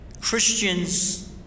Christians